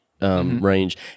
range